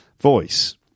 voice